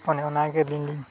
ᱚᱱᱮ ᱚᱱᱟᱜᱮ ᱟᱹᱞᱤᱧ ᱞᱤᱧ